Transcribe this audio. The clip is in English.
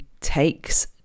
takes